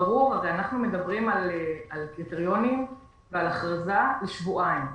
הרי אנחנו מדברים על קריטריונים ועל הכרזה לשבועיים.